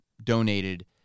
donated